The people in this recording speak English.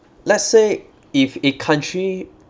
let's say if a country